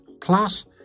Plus